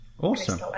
Awesome